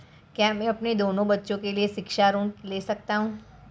क्या मैं अपने दोनों बच्चों के लिए शिक्षा ऋण ले सकता हूँ?